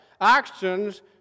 Actions